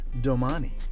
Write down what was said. domani